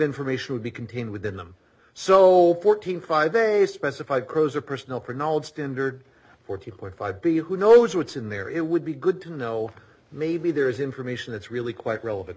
information would be contained within them so fourteen five days specified prose or personal pronoun standard fourteen point five b who knows what's in there it would be good to know maybe there is information that's really quite relevant